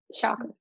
Shocker